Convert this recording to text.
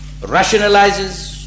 rationalizes